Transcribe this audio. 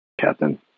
captain